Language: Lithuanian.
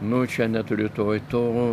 nu čia neturiu to i to